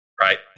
right